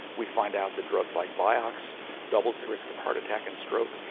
we find out that drugs like vioxx doubles the risk of heart attack and stroke,